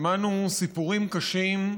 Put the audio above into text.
שמענו סיפורים קשים,